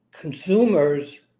consumers